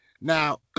Now